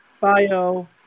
bio